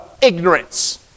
ignorance